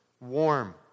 warm